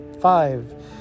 five